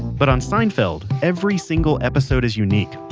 but on seinfeld, every single episode is unique.